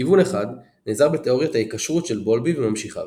כיוון אחד נעזר בתאוריית ההיקשרות של בולבי וממשיכיו.